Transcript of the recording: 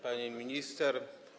Pani Minister!